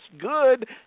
good